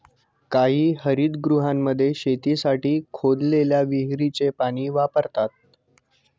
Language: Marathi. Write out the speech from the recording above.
काही हरितगृहांमध्ये शेतीसाठी खोदलेल्या विहिरीचे पाणी वापरतात